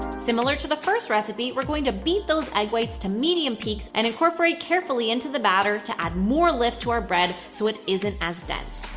similar to the first recipe, we're going to beat those egg whites to medium peaks and incorporate carefully into the batter to add more lift to our bread so it isn't as dense.